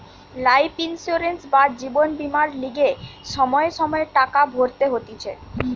life insurance বা জীবন বীমার লিগে সময়ে সময়ে টাকা ভরতে হতিছে